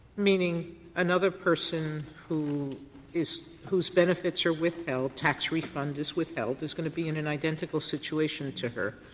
meaning another person who is whose benefits are withheld, tax refund is withheld, is going to be in an identical situation to her?